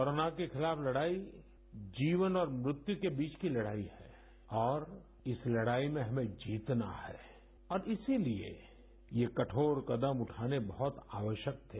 corona के खिलाफ लड़ाई जीवन और मृत्यु के बीच की लड़ाई है और इस लड़ाई में हमें जीतना है और इसीलिए ये कठोर कदम उठाने बहुत आवश्यक थे